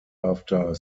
after